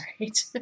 right